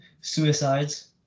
suicides